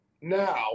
now